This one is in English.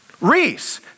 Reese